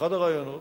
אחד הרעיונות,